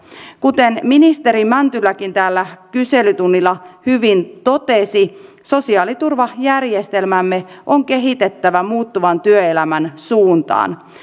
kuten ministeri mäntyläkin täällä kyselytunnilla hyvin totesi sosiaaliturvajärjestelmäämme on kehitettävä muuttuvan työelämän suuntaan